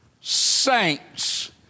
saints